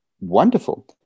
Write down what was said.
Wonderful